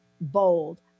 bold